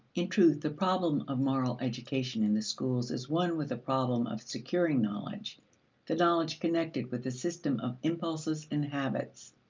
in truth, the problem of moral education in the schools is one with the problem of securing knowledge the knowledge connected with the system of impulses and habits.